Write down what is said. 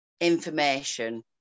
information